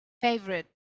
favorite